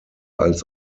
als